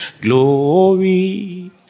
glory